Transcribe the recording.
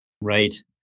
Right